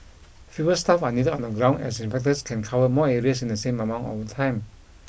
fewer staff are needed on the ground as inspectors can cover more areas in the same amount of time